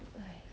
!hais!